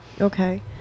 Okay